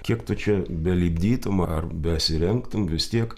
kiek tu čia belipdytum ar besirengtumei vis tiek